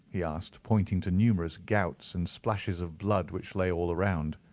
he asked, pointing to numerous gouts and splashes of blood which lay all round.